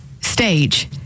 stage